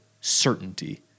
certainty